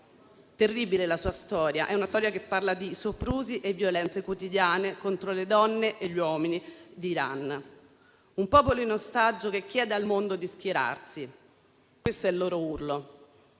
terribile la sua storia, che parla di soprusi e violenze quotidiani contro le donne e gli uomini d'Iran, un popolo in ostaggio che chiede al mondo di schierarsi. Questo è il loro urlo.